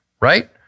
right